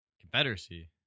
Confederacy